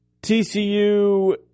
TCU